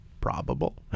Probable